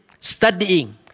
studying